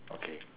okay